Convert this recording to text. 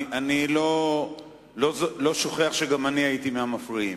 אני לא שוכח שגם אני הייתי מהמפריעים,